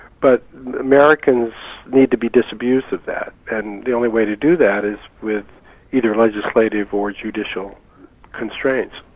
but americans need to be disabused of that. and the only way to do that is with either legislative or judicial constraints.